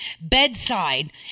Bedside